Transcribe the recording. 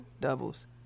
doubles